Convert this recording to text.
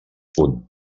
punt